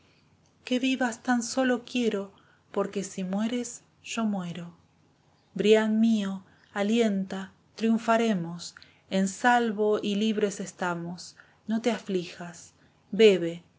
que vivas tan solo quiero porque si mueres yo muero brian mío alienta triunfamos en salvo y libres estamos no te aflijas bebe